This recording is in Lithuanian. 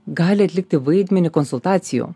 gali atlikti vaidmenį konsultacijų